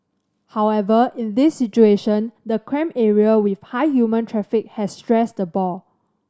however in this situation the cramped area with high human traffic has stressed the boar